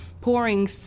pouring